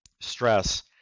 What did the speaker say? stress